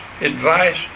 advice